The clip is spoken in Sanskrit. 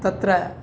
तत्र